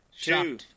Two